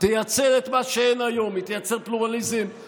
תייצר את מה שאין היום: היא תייצר פלורליזם,